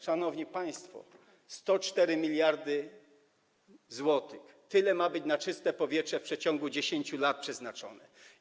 Szanowni państwo, 104 mld zł, tyle ma być na „Czyste powietrze” w przeciągu 10 lat przeznaczone.